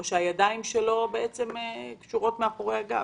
או שהידיים שלו קשורות מאחורי הגב?